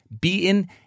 beaten